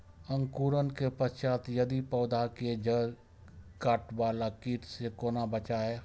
अंकुरण के पश्चात यदि पोधा के जैड़ काटे बाला कीट से कोना बचाया?